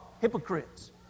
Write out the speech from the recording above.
hypocrites